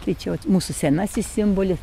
tai čia vat mūsų senasis simbolis